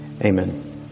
Amen